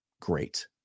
great